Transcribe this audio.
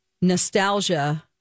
nostalgia